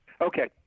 Okay